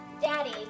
Daddy